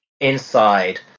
inside